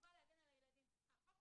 אנחנו כבר